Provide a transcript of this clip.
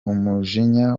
umujinya